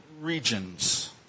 regions